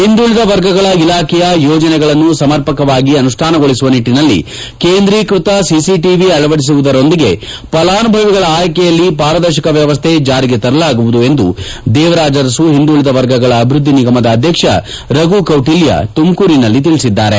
ಹಿಂದುಳದ ವರ್ಗಗಳ ಇಲಾಖೆಯ ಯೋಜನೆಗಳನ್ನು ಸಮರ್ಪಕವಾಗಿ ಅನುಷ್ಠಾನಗೊಳಿಸುವ ನಿಟ್ಟನಲ್ಲಿ ಕೇಂದ್ರೀಕೃತ ಸಿಟಿಟಿವಿ ಅಳವಡಿಸುವುದರೊಂದಿಗೆ ಫಲಾನುಭವಿಗಳ ಆಯ್ಲೆಯಲ್ಲಿ ಪಾರದರ್ಶಕ ವ್ಯವಸ್ಲೆ ಚಾರಿಗೆ ತರಲಾಗುವುದು ಎಂದು ದೇವರಾಜ ಅರಸು ಹಿಂದುಳದ ವರ್ಗಗಳ ಅಭಿವೃದ್ದಿ ನಿಗಮದ ಅಧ್ಯಕ್ಷ ರಘು ಕೌಟಲ್ಯ ತುಮಕೂರಿನಲ್ಲಿ ತಿಳಿಸಿದ್ದಾರೆ